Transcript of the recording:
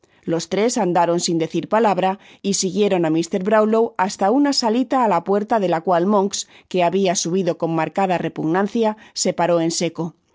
los tres andaron sin decir palabra y siguieron á mr brownlow hasta una salita á la puerta de la cual monks que habia subido con marcada repugnancia se paró en seco y